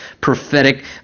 prophetic